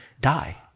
die